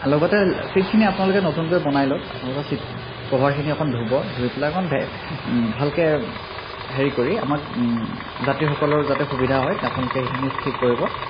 আৰু লগতে ছিটখিনি আপোনালোকে নতুনকৈ বনাই লওক আপোনালোকৰ ছিট কভাৰখিনি অকণ ধুব ধুই পেলাই অকণ ভালকৈ হেৰি কৰি আমাৰ যাত্ৰীসকলৰ যাতে সুবিধা হয় আপোনালোকে সেইখিনি ঠিক কৰিব